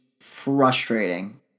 frustrating